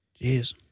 Jeez